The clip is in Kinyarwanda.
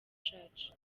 church